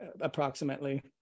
approximately